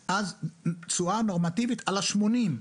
אז תשואה נורמטיבית על ה-80.